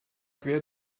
quer